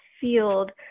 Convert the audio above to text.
field